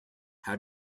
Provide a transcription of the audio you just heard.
how